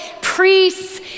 priests